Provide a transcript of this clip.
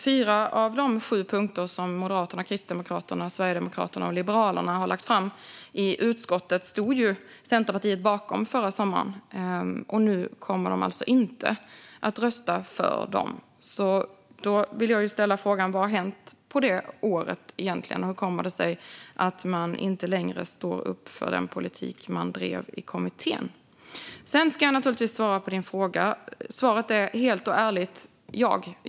Fyra av de sju punkter som Moderaterna, Kristdemokraterna, Sverigedemokraterna och Liberalerna har lagt fram i utskottet stod ju Centerpartiet bakom förra sommaren. Nu kommer man inte att rösta för dem. Då vill jag ställa frågan: Vad har hänt på det året? Hur kommer det sig att man inte längre står upp för den politik man drev i kommittén? Sedan ska jag naturligtvis svara på frågan. Svaret är helt ärligt ja.